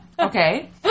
Okay